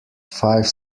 five